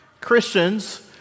Christians